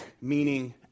meaning